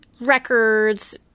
records